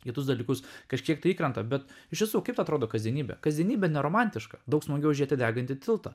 kitus dalykus kažkiek tai įkrenta bet iš tiesų kaip atrodo kasdienybė kasdienybė neromantiška daug smagiau žiūrėti degantį tiltą